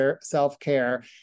self-care